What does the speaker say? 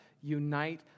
unite